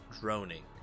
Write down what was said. droning